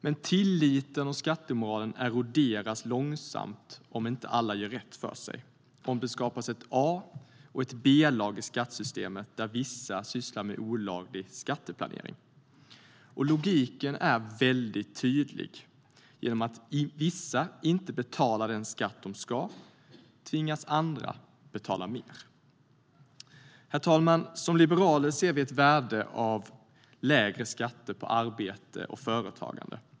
Men tilliten och skattemoralen eroderas långsamt om inte alla gör rätt för sig, om det skapas ett A och ett B-lag i skattesystemet där vissa sysslar med olaglig skatteplanering. Logiken är väldigt tydlig: Genom att vissa inte betalar den skatt de ska tvingas andra betala mer. Herr talman! Som liberaler ser vi ett värde i lägre skatter på arbete och företagande.